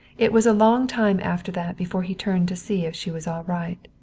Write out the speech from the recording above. it was a long time after that before he turned to see if she was all right.